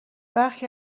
برخی